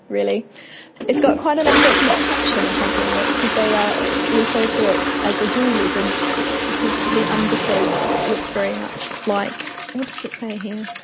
it's got quite an unfortunate caption accompanying it because they ah refer to it as the jew lizard because the under-throat looks very much like. what does it say here?